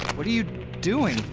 what are you doing?